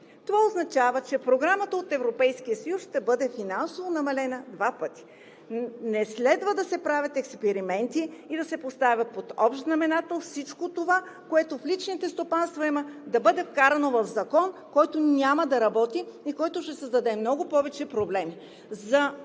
това означава, че програмата от Европейския съюз ще бъде финансово намалена два пъти. Не следва да се правят експерименти и да се поставя под общ знаменател всичко това, което в личните стопанства има, да бъде вкарано в Закон, който няма да работи и който ще създаде много повече проблеми